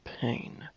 pain